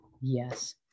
yes